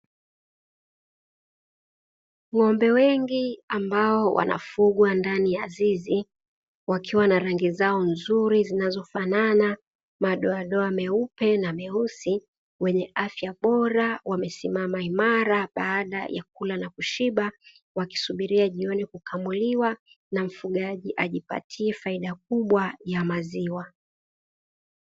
Ng'ombe wengi ambao wanafugwa ndani ya zizi wakiwa na rangi zao nzuri zinazofanana, madoadoa meupe na meusi, wenye afya bora, wamesimama imara baada ya kula na kushiba, wakisubiria jioni kukamuliwa na mfugaji ajipatie faida kubwa ya maziwa.